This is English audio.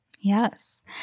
Yes